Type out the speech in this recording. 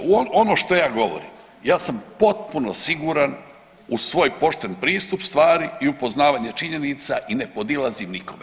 Ono što je govorim ja sam potpuno siguran u svoj pošten pristup stvari i upoznavanje činjenica i ne podilazim nikome.